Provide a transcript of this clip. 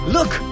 Look